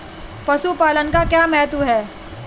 पशुपालन का क्या महत्व है?